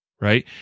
right